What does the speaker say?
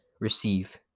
receive